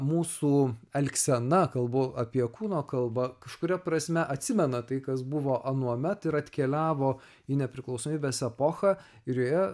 mūsų elgsena kalbu apie kūno kalbą kažkuria prasme atsimena tai kas buvo anuomet ir atkeliavo į nepriklausomybės epochą ir joje